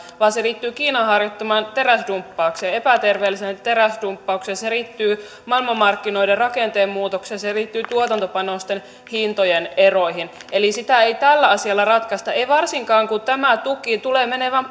vaan se liittyy kiinan harjoittamaan teräsdumppaukseen epäterveelliseen teräsdumppaukseen se liittyy maailmanmarkkinoiden rakenteen muutokseen se liittyy tuotantopanosten hintojen eroihin eli sitä ei tällä asialla ratkaista ei varsinkaan kun tämä tuki tulee menemään